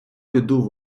біду